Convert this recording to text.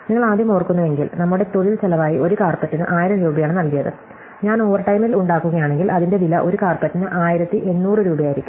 നിങ്ങൾ ആദ്യം ഓർക്കുന്നുവെങ്കിൽ നമ്മുടെ തൊഴിൽ ചെലവായി ഒരു കാര്പെറ്റിനു 1000 രൂപയാണ് നൽകിയത് ഞാൻ ഓവർടൈമിൽ ഉണ്ടാക്കുകയാണെങ്കിൽ അതിന്റെ വില ഒരു കാര്പെറ്റിനു 1800 രൂപയായിരിക്കും